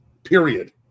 Period